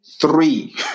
three